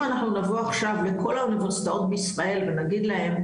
אנחנו נבוא עכשיו לכל האוניברסיטאות בישראל ונגיד להם,